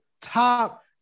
top